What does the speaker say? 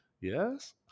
Yes